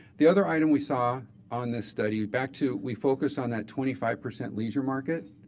the other item we saw on this study, back to we focus on that twenty five percent leisure market.